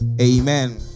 Amen